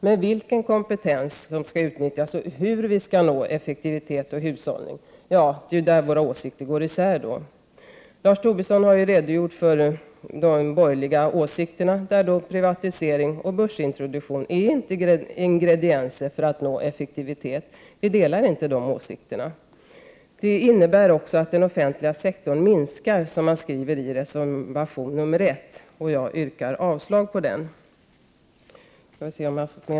Men vilken kompetens som skall utnyttjas och hur vi skall nå effektivitet och hushållning— ja, där går våra meningar isär. Lars Tobisson har redogjort för de borgerligas åsikter, där privatisering och börsintroduktion är ingredienser för att nå effektivitet. Vi delar inte de åsikterna. Det innebär också att den offentliga sektorn minskar, som man skriver i reservation 1. Jag yrkar avslag på den.